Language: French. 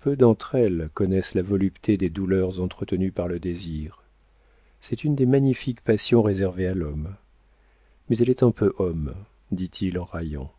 peu d'entre elles connaissent la volupté des douleurs entretenues par le désir c'est une des magnifiques passions réservées à l'homme mais elle est un peu homme dit-il en raillant